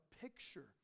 picture